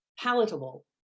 palatable